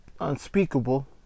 unspeakable